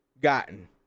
gotten